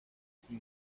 sin